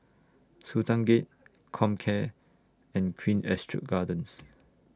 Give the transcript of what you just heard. Sultan Gate Comcare and Queen Astrid Gardens